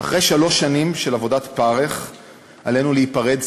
"אחרי שלוש שנים של עבודת פרך עלינו להיפרד,